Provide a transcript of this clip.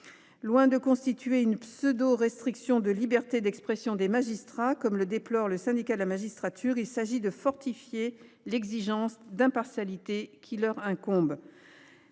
Loin de restreindre la liberté d’expression des magistrats, comme le déplore le Syndicat de la magistrature, il s’agit de fortifier l’exigence d’impartialité qui leur incombe.